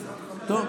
טוב.